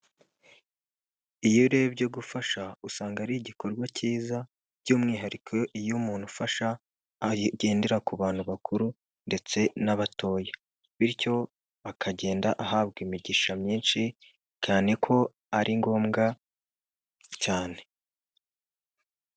Iyo urebye gufasha usanga ari igikorwa cyiza by'umwihariko iyo umuntu ufasha agendera ku bantu bakuru ndetse n'abatoya bityo akagenda ahabwa imigisha myinshi cyane ko ari ngombwa cyane.